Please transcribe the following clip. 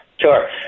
sure